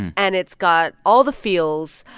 and it's got all the feels.